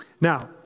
Now